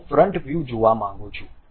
હું front view જોવા માંગુ છું